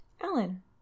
Ellen